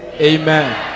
Amen